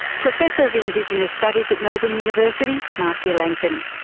professor of indigenous studies at melbourne university, marcia langton.